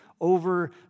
over